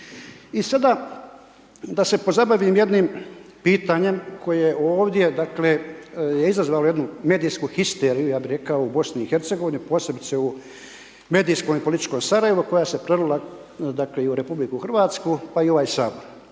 I sada, da se pozabavim jednim pitanjem, koje je ovdje, dakle, izazvalo jednu medijsku histeriju, ja bi rekao u BIH, posebice u medijskom i političkom Sarajevu, koja se je prelila u RH, pa i u ovaj Sabor.